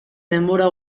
denbora